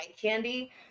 candy